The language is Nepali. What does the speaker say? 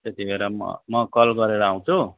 त्यतिबेर म म कल गरेर आउँछु